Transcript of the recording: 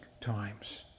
times